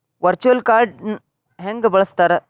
Virtual ಕಾರ್ಡ್ನ ಹೆಂಗ ಬಳಸ್ತಾರ?